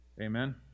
Amen